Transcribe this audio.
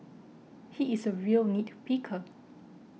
he is a real nit picker